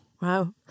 wow